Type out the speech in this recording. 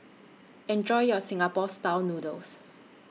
Enjoy your Singapore Style Noodles